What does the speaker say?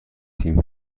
تیم